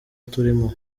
turimo